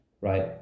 right